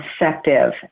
effective